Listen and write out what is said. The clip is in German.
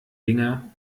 dinger